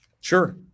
Sure